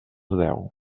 deu